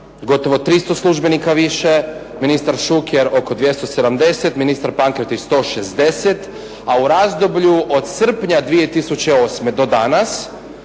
gotovo 300 službenika više, ministar Šuker oko 270, ministar Pankretić 160 a u razdoblju od srpnja 2008. do danas